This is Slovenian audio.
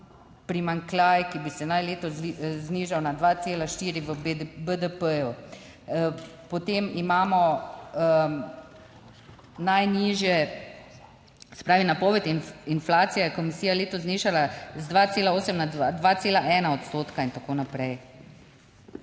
primanjkljaj, ki bi se naj letos znižal na 2,4 v BDP, potem imamo najnižje, se pravi, napoved inflacije komisija letos znižala z 2,8 na 2,1 odstotka in tako naprej.